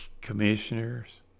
commissioners